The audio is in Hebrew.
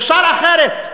אפשר אחרת.